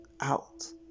out